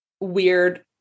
weird